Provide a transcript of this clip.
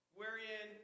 wherein